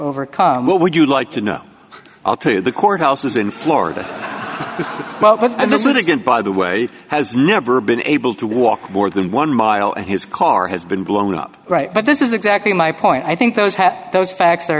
overcome what would you like to know i'll tell you the courthouses in florida well but this is again by the way has never been able to walk more than one mile and his car has been blown up right but this is exactly my point i think those have those facts are